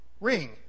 ring